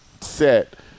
set